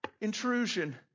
Intrusion